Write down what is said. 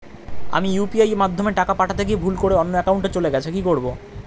আমি ইউ.পি.আই মাধ্যমে টাকা পাঠাতে গিয়ে ভুল করে অন্য একাউন্টে চলে গেছে কি করব?